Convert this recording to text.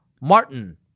Martin